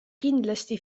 kindlasti